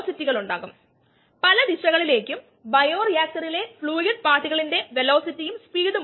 simple enzyme mediated റിയാക്ഷന്റെ മൊത്തത്തിലുള്ള സംവിധാനമാണിത്